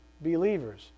believers